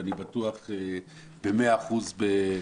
ואני בטוח במאה אחוז בו.